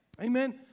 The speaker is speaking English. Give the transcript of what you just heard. Amen